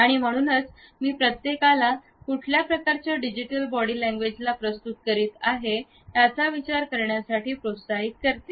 आणि म्हणून मी प्रत्येकाला मी कुठल्या प्रकारच्या डिजिटल बॉडी लैंग्वेज ला प्रस्तुत करीत आहे याचा विचार करण्यासाठी प्रोत्साहित करते